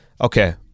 okay